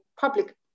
public